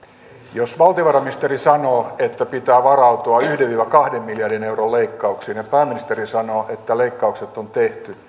jos valtiovarainministeri sanoo että pitää varautua yhden viiva kahden miljardin leikkauksiin ja pääministeri sanoo että leikkaukset on tehty